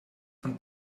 von